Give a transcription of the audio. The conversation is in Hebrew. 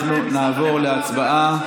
אנחנו נעבור להצבעה.